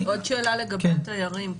עוד שאלה לגבי תיירים,